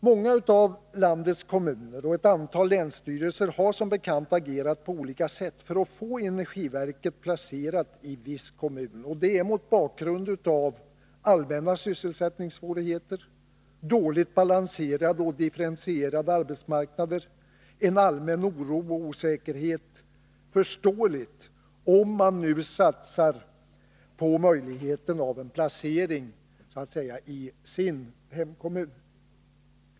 Många av landets kommuner och ett antal länsstyrelser har som bekant agerat på olika sätt för att få energiverket placerat i viss kommun. Det är mot bakgrund av allmänna sysselsättningssvårigheter, dåligt balanserade och differentierade arbetsmarknader, en allmän oro och osäkerhet förståeligt om man nu satsar på möjligheten av en placering i ”sin” kommun.